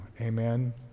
Amen